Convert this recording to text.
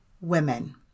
women